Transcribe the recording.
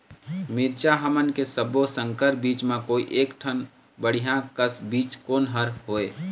मिरचा हमन के सब्बो संकर बीज म कोई एक ठन बढ़िया कस बीज कोन हर होए?